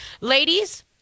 ladies